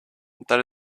that